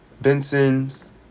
Benson's